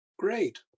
Great